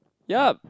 yup